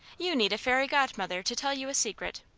you need a fairy godmother to tell you a secret.